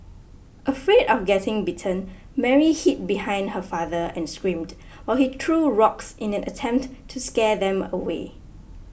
afraid of getting bitten Mary hid behind her father and screamed while he threw rocks in an attempt to scare them away